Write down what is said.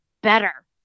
better